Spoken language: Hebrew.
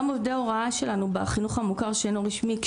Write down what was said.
גם עובדי ההוראה שלנו בחינוך המוכר שאינו רשמי,